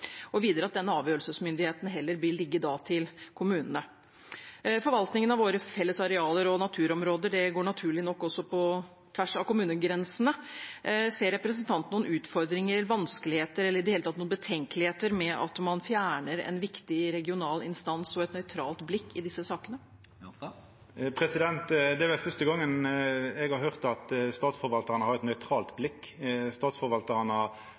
og videre at denne avgjørelsesmyndigheten da heller vil ligge til kommunene. Forvaltningen av våre felles arealer og naturområder går naturlig nok også på tvers av kommunegrensene. Ser representanten noen utfordringer, vanskeligheter eller i det hele tatt noen betenkeligheter med at man fjerner en viktig regional instans og et nøytralt blikk i disse sakene? Det er vel fyrste gongen eg har høyrt at Statsforvaltaren har eit nøytralt blikk. Statsforvaltarane har